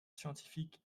scientifique